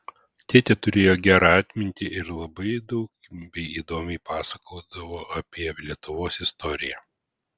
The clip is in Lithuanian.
tėtė turėjo gerą atmintį ir labai daug bei įdomiai pasakodavo apie lietuvos istoriją